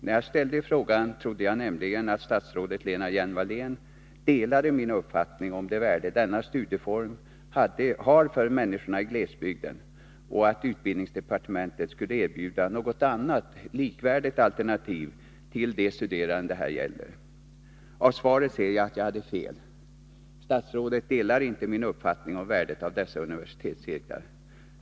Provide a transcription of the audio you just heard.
När jag ställde frågan trodde jag nämligen att statsrådet Lena Hjelm-Wallén delade min uppfattning om det värde denna studieform har för människorna i glesbygden och att utbildningsdepartementet skulle erbjuda något annat likvärdigt alternativ till de studerande det här gäller. Av svaret ser jag att jag hade fel. Statsrådet delar inte min uppfattning om värdet av dessa universitetscirklar.